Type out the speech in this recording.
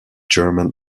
german